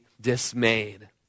dismayed